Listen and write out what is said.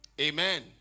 Amen